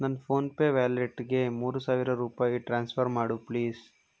ನನ್ನ ಫೋನ್ಪೇ ವ್ಯಾಲೆಟ್ಗೆ ಮೂರು ಸಾವಿರ ರೂಪಾಯಿ ಟ್ರಾನ್ಸ್ಫರ್ ಮಾಡು ಪ್ಲೀಸ್